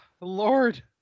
Lord